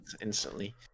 instantly